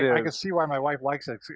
yeah i can see why my wife likes it.